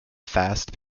fast